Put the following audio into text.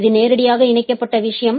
இது நேரடியாக இணைக்கப்பட்ட விஷயம்